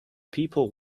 people